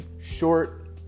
short